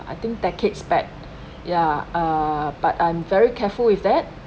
I think decades back ya err but I'm very careful with that